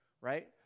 right